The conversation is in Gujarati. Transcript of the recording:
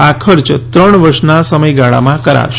આ ખર્ચ ત્રણ વર્ષના સમયગાળામાં કરાશે